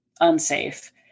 unsafe